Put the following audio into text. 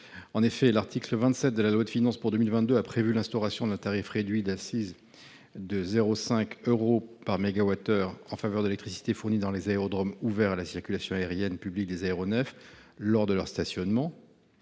aéronefs. L’article 27 de la loi de finances pour 2022 a prévu l’instauration d’un tarif réduit d’accise de 0,50 euro par mégawattheure en faveur de l’électricité fournie dans les aérodromes ouverts à la circulation aérienne publique des aéronefs lors de leur stationnement.